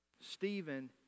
Stephen